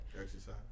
Exercise